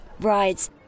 rides